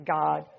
God